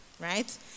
right